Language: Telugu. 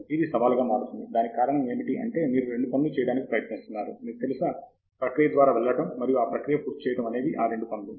ఇది సవాలుగా మారుతుంది దానికి కారణం ఏమిటి అంటే మీరు రెండు పనులు చేయడానికి ప్రయత్నిస్తున్నారు మీకు తెలుసా ప్రక్రియ ద్వారా వెళ్ళటం మరియు ఆ ప్రక్రియను పూర్తి చేయడం అనేవి ఆ రెండు పనులు